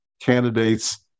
candidates